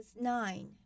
nine